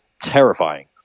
terrifying